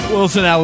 Wilson